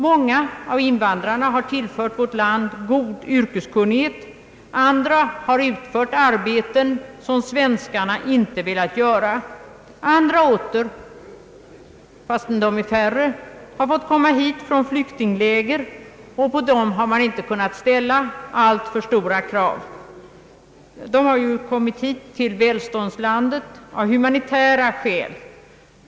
Många av invandrarna har tillfört vårt land god yrkeskunnighet, och andra har utfört arbeten som svenskarna inte har velat göra. Andra åter, fastän de är färre, har förts hit från flyktingläger, och på dem har man inte kunnat ställa alltför stora krav. De har ju kommit till välståndslandet Sverige av humanitära skäl.